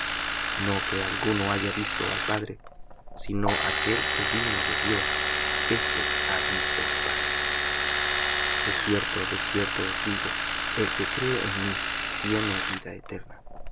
no que alguno haya visto al padre sino aquel que vino de dios éste ha visto al padre de cierto de cierto os digo el que cree en mí tiene vida eterna